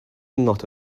not